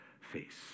face